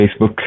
Facebook